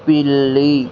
పిల్లి